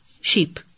sheep